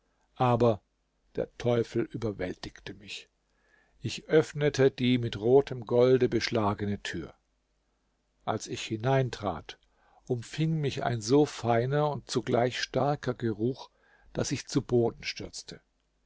aber der teufel überwältigte mich ich öffnete die mit rotem golde beschlagene tür als ich hineintrat umfing mich ein so feiner und zugleich starker geruch daß ich zu boden stürzte